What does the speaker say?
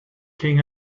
king